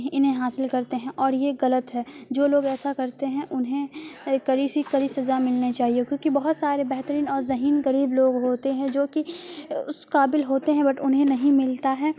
انہیں حاصل کرتے ہیں اور یہ غلط ہے جو لوگ ایسا کرتے ہیں انہیں کڑی سی کڑی سزا ملنی چاہیے کیونکہ بہت سارے بہترین اور ذہین قریب لوگ ہوتے ہیں جو کہ اس قابل ہوتے ہیں بٹ انہیں نہیں ملتا ہے